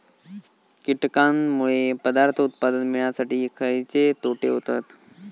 कीटकांनमुळे पदार्थ उत्पादन मिळासाठी खयचे तोटे होतत?